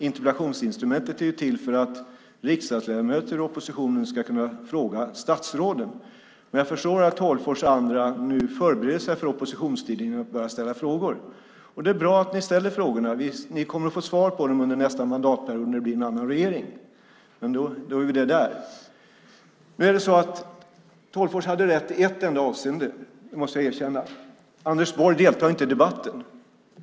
Interpellationsinstrumentet är ju till för att riksdagsledamöter i oppositionen ska kunna fråga statsråden, men jag förstår att Tolgfors och andra nu förbereder sig för oppositionstiden genom att börja ställa frågor. Det är bra att ni ställer frågorna. Ni kommer att få svar på dem under nästa mandatperiod när det blir en annan regering. Tolgfors hade rätt i ett enda avseende, måste jag erkänna: Anders Borg deltar inte i debatten.